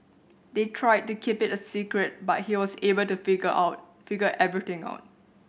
they tried to keep it a secret but he was able to figure out figure everything out